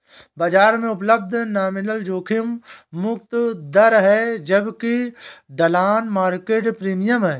बाजार में उपलब्ध नॉमिनल जोखिम मुक्त दर है जबकि ढलान मार्केट प्रीमियम है